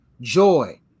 joy